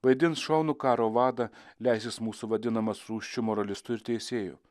vaidins šaunų karo vadą leisis mūsų vadinamas rūsčiu moralistu ir teisėju